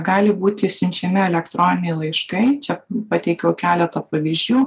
gali būti siunčiami elektroniniai laiškai čia pateikiau keletą pavyzdžių